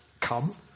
Come